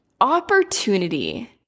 opportunity